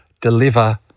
deliver